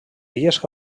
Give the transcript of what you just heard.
illes